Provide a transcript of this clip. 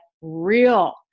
real